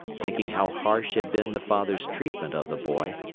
thinking how harsh had been the father's treatment of the boy,